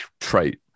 trait